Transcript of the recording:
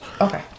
Okay